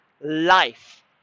life